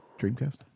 Dreamcast